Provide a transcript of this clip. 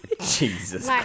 jesus